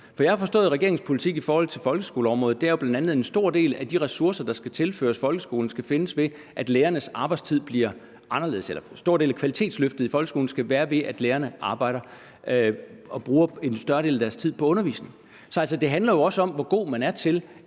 For jeg har forstået regeringens politik på folkeskoleområdet sådan, at en stor del af de ressourcer, der skal tilføres folkeskolen, skal findes ved, at lærernes arbejdstid bliver anderledes; at en stor del af kvalitetsløftet i folkeskolen skal ske, ved at lærerne arbejder mere og bruger en større del af deres tid på undervisning. Så altså, det handler jo også om, hvor god man er til